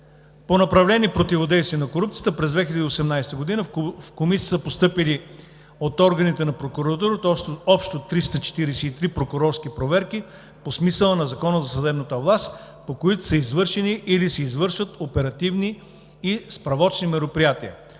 По направление „Противодействие на корупцията“ – през 2018 г. в Комисията са постъпили от органите на прокуратурата общо 343 прокурорски проверки по смисъла на Закона за съдебната власт, по които са извършени или се извършват оперативно-издирвателни и справочни мероприятия.